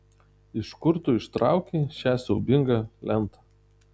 iš kur tu ištraukei šią siaubingą lentą